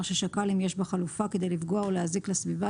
ששקל אם יש בחלופה כדי לפגוע או להזיק לסביבה,